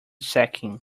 sacking